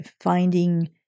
finding